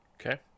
Okay